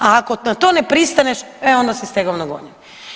A ako na to ne pristaneš e onda si stegovno gonjen.